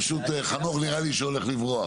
פשוט חנוך נראה לי שהולך לברוח.